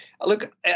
Look